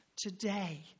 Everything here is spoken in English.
today